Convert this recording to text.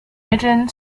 mitteln